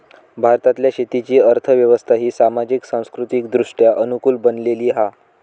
भारतातल्या शेतीची अर्थ व्यवस्था ही सामाजिक, सांस्कृतिकदृष्ट्या अनुकूल बनलेली हा